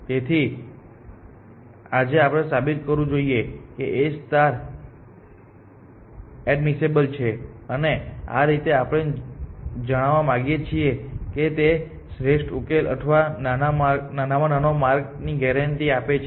તેથી આજે આપણે સાબિત કરવું જોઈએ કે A એડમિસિબલ છે અને આ રીતે આપણે જણાવવા માંગીએ છીએ કે તે શ્રેષ્ઠ ઉકેલ અથવા નાનામાં નાનો માર્ગ ની ગેરંટી આપે છે